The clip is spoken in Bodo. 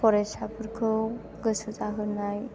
फरायसाफोरखौ गोसो जाहोनाय